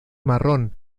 marrón